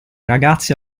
ragazzi